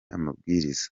amabwiriza